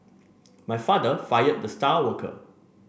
my father fired the star worker